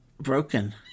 broken